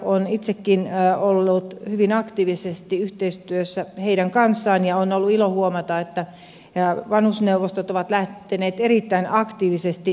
olen itsekin ollut hyvin aktiivisesti yhteistyössä heidän kanssaan ja on ollut ilo huomata että vanhusneuvostot ovat lähteneet erittäin aktiivisesti liikkeelle